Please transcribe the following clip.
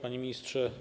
Panie Ministrze!